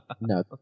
no